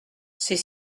ces